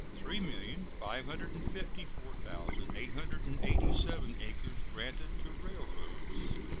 three million five hundred and fifty four thousand eight hundred and eighty seven acres granted to railroads,